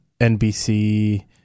NBC